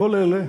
כל אלה